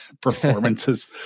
performances